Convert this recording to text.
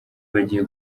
bagiye